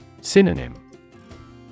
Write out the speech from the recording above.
Synonym